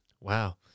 Wow